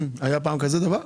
משם זה נולד.